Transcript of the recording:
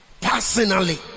personally